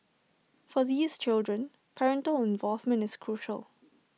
for these children parental involvement is crucial